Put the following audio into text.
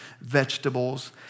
vegetables